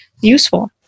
useful